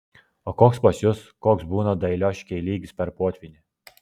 o koks pas jus koks būna dailioškėj lygis per potvynį